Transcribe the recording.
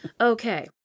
Okay